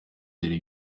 dore